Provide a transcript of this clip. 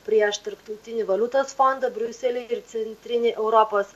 prieš tarptautinį valiutos fondą briusely ir centrinį europos